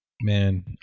man